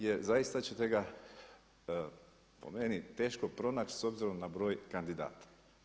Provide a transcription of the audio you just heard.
Jer zaista ćete ga po meni teško pronaći s obzirom na broj kandidata.